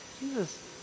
Jesus